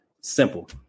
simple